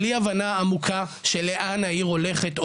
בלי הבנה עמוקה של לאן העיר הולכת,